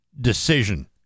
decision